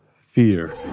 fear